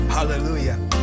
Hallelujah